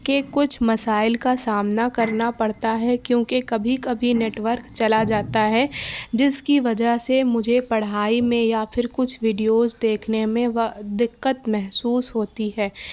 کے کچھ مسائل کا سامنا کرنا پڑتا ہے کیوں کہ کبھی کبھی نیٹورک چلا جاتا ہے جس کی وجہ سے مجھے پڑھائی میں یا پھر کچھ ویڈیوز دیکھنے میں و دقت محسوس ہوتی ہے